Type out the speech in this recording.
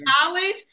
college